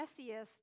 messiest